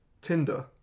Tinder